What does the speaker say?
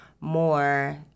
More